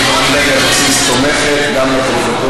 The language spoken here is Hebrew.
והיא תועבר להמשך דיון בוועדת